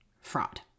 fraud